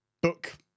book